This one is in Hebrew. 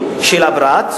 של מראות צד,